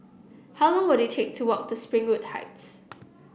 how long will it take to walk to Springwood Heights